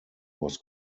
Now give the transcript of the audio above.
was